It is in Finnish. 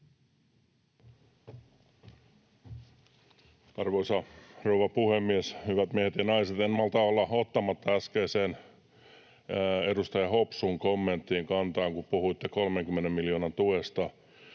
Arvoisa rouva puhemies! Hyvät miehet ja naiset! En malta olla ottamatta äskeiseen edustaja Hopsun kommenttiin kantaa, kun puhuitte 30 miljoonan tuesta.